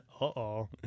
Uh-oh